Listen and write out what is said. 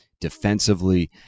Defensively